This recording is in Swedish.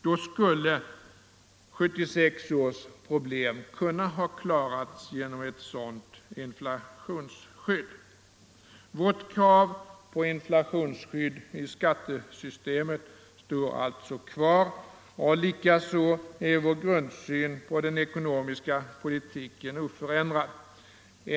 Då skulle 1976 års problem ha kunnat klaras av ändå. Vårt krav på inflationsskydd till skattesystemet står alltså kvar, och likaså är vår grundsyn på den ekonomiska politiken oförändrad.